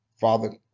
Father